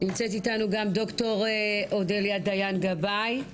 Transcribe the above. גם ד"ר אודליה דיין-גבאי.